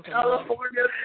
California